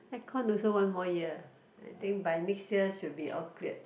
aircon also one more year I think by next year should be all cleared